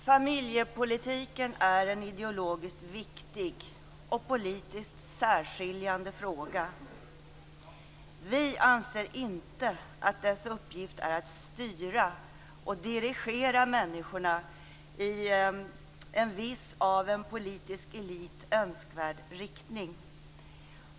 Familjepolitiken är en ideologiskt viktig och politiskt särskiljande fråga. Vi anser inte att dess uppgift är att styra och dirigera människorna i en viss, av en politisk elit önskvärd riktning.